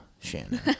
Shannon